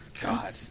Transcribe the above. god